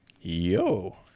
yo